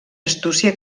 astúcia